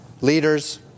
leaders